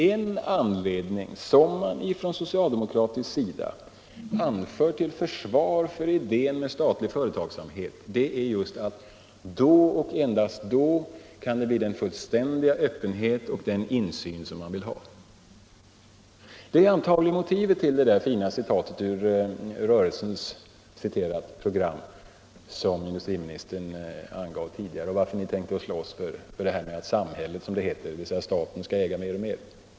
En sak som från socialdemokratiskt håll brukar anföras till försvar för idén med statlig företagsamhet är just att man endast därigenom kan få fullständig öppenhet och den insyn man vill ha. Det är antagligen motivet till det fina citatet ur ”rörelsens” program som industriministern angav tidigare och förklaringen till att ni tänker slåss för att ”samhället” —- dvs. staten — skall äga mer och mer.